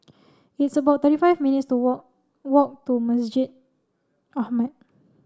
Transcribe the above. it's about thirty five minutes'to walk walk to Masjid Ahmad